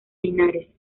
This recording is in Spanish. linares